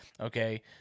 Okay